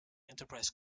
enterprise